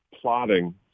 Plotting